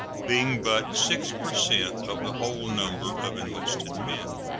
being but six per cent of the whole number of enlisted men.